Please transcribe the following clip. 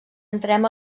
entrem